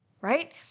right